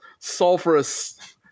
sulfurous